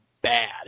bad